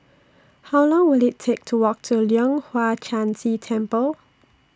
How Long Will IT Take to Walk to Leong Hwa Chan Si Temple